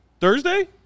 Thursday